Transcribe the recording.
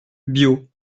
biot